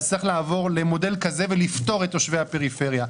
אז צריך לעבור למודל כזה ולפטור את תושבי הפריפריה.